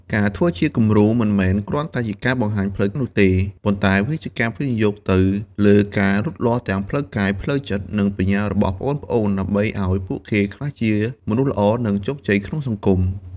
ការធ្វើជាគំរូមិនមែនគ្រាន់តែជាការបង្ហាញផ្លូវនោះទេ ប៉ុន្តែវាជាការវិនិយោគទៅលើការលូតលាស់ទាំងផ្លូវកាយ ផ្លូវចិត្ត និងបញ្ញារបស់ប្អូនៗ ដើម្បីឱ្យពួកគេក្លាយជាមនុស្សល្អ និងជោគជ័យក្នុងសង្គម ។